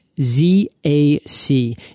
Z-A-C